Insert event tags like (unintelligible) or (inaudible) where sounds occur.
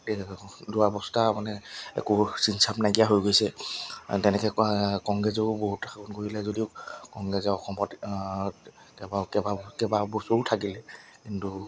(unintelligible) দুৰাৱস্থা মানে একো চিনচাপ নাইকিয়া হৈ গৈছে তেনেকৈ কংগ্ৰেছো বহুত ঘূৰিলে যদিও কংগ্ৰেছে অসমত কেইবা কেইবা কেইবাবছৰো থাকিলে কিন্তু